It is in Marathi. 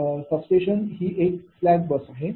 सबस्टेशन ही एक स्लॅक बस आहे